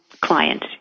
client